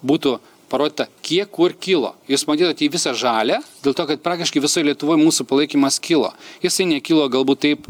būtų parodyta kiek kur kilo jūs matytumėt jį visą žalią dėl to kad praktiškai visoj lietuvoj mūsų palaikymas kilo jisai nekilo galbūt taip